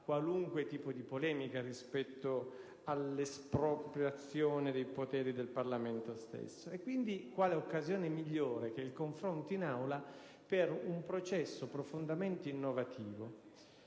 qualunque tipo di polemica rispetto all'espropriazione dei poteri del Parlamento stesso. Quindi, quale occasione migliore del confronto in Aula per un processo profondamente innovativo?